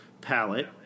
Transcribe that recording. palette